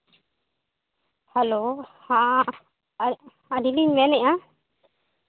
hello ᱦᱮᱸ ᱟᱹᱞᱤ ᱟᱹᱞᱤᱧ ᱞᱤᱧ ᱢᱮᱱᱮᱜᱼᱟ